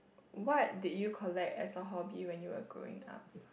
what did you collect as a hobby when you were growing up